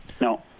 No